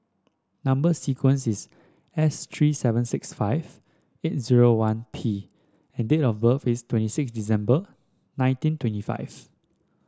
number sequence is S three seven six five eight zero one P and date of birth is twenty six December nineteen twenty five